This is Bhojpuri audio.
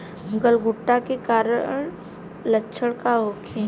गलघोंटु के कारण लक्षण का होखे?